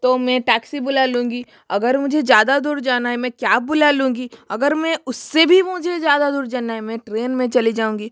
तो मैं टेक्सी बुला लूँगी अगर मुझे ज़्यादा दूर जाना है मैं कैब बुला लूँगी अगर मैं उससे भी मुझे ज़्यादा दूर जाना है मैं ट्रेन में चली जाऊँगी